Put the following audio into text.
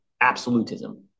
absolutism